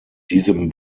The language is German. diesem